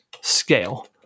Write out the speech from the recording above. scale